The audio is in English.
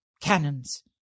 cannons